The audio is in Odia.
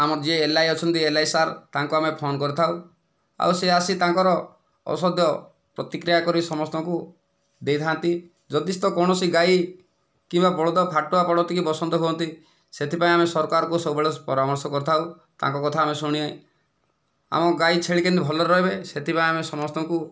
ଆମର ଯିଏ ଏଲଆଇ ଅଛନ୍ତି ଏଲଆଇ ସାର୍ ତାଙ୍କୁ ଆମେ ଫୋନ କରିଥାଉ ଆଉ ସେ ଆସି ତାଙ୍କର ଔଷଧ ପ୍ରତିକ୍ରିୟା କରି ସମସ୍ତଙ୍କୁ ଦେଇଥାନ୍ତି ଯଦିସ୍ଥ କୌଣସି ଗାଈ କିମ୍ବା ବଳଦ ଫାଟୁଆ ପଡ଼ନ୍ତି କି ବସନ୍ତ ହୁଅନ୍ତି ସେଥିପାଇଁ ଆମେ ସରକାରଙ୍କୁ ସବୁବେଳେ ପରାମର୍ଶ କରିଥାଉ ତାଙ୍କ କଥା ଆମେ ଶୁଣି ଆମ ଗାଈ ଛେଳି କେମିତି ଭଲରେ ରହିବେ ସେଥିପାଇଁ ଆମେ ସମସ୍ତଙ୍କୁ